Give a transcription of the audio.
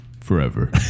Forever